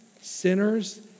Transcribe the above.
sinners